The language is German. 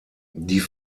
die